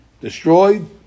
destroyed